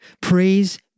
Praise